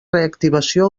reactivació